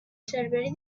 servei